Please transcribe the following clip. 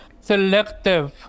selective